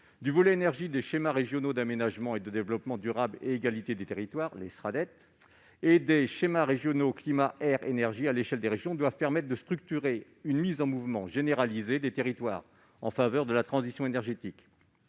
des volets énergie des schémas régionaux d'aménagement, de développement durable et d'égalité des territoires (Sraddet) et des schémas régionaux climat-air-énergie (SRCAE) doivent permettre de structurer une mise en mouvement généralisée des territoires en faveur de la transition énergétique.